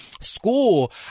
school